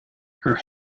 her